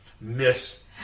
Miss